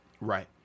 right